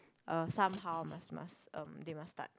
uh somehow must must um they must start